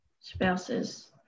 spouses